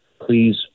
please